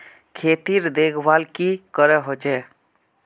खेतीर देखभल की करे होचे?